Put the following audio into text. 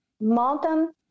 mountain